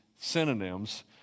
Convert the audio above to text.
synonyms